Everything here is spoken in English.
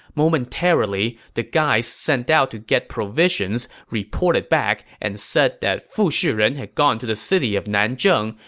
momentarily, the guys sent out to get provisions reported back and said that fu shiren had gone to the city of nanjun,